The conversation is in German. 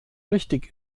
richtig